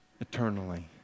Eternally